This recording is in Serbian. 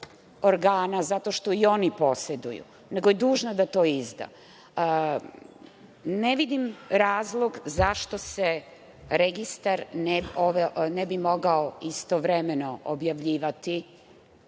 organa, zato što i oni poseduju, nego je dužna da to izda. Ne vidim razlog zašto se registar ne bi mogao istovremeno objavljivati